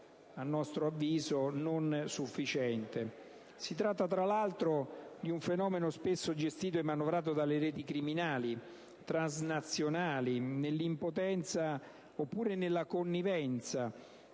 a nostro avviso, non sufficiente. Si tratta, tra l'altro, di un fenomeno, spesso gestito e manovrato dalle reti criminali transnazionali, nell'impotenza oppure nella connivenza